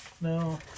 no